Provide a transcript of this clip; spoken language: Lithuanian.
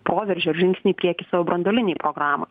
poveržį ar žingsnį į priekį savo branduolinėj programoj